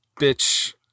bitch